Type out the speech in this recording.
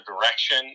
direction